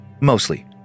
mostly